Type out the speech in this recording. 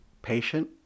patient